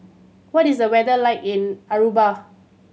what is the weather like in Aruba